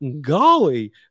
golly